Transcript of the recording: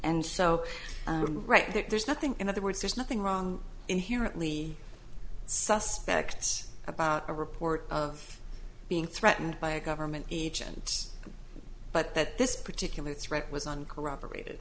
and so on right there's nothing in other words there's nothing wrong inherently suspects about a report of being threatened by a government agent but that this particular threat was on corroborate